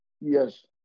Yes